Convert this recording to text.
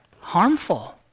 harmful